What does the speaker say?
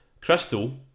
Crystal